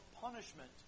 punishment